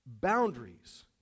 Boundaries